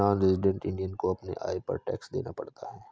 non resident Indian को अपने आय पर टैक्स देना पड़ता है